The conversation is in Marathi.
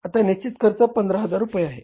आता निश्चित खर्च 15000 रुपये आहे